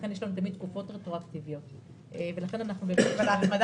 ולכן יש לנו תמיד תקופות רטרואקטיביות.